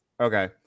Okay